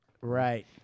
Right